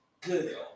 Good